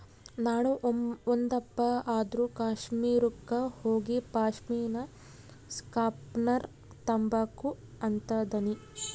ನಾಣು ಒಂದಪ್ಪ ಆದ್ರೂ ಕಾಶ್ಮೀರುಕ್ಕ ಹೋಗಿಪಾಶ್ಮಿನಾ ಸ್ಕಾರ್ಪ್ನ ತಾಂಬಕು ಅಂತದನಿ